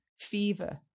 fever